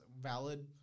valid